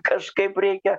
kažkaip reikia